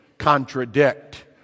contradict